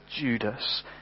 Judas